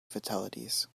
fatalities